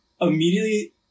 immediately